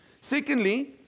Secondly